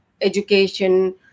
education